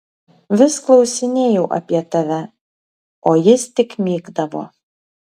vis klausinėjau apie tave o jis tik mykdavo